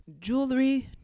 Jewelry